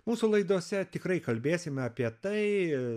mūsų laidose tikrai kalbėsime apie tai